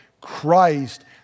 Christ